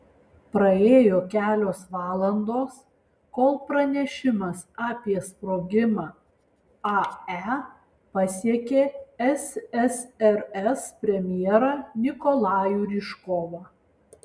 praėjo kelios valandos kol pranešimas apie sprogimą ae pasiekė ssrs premjerą nikolajų ryžkovą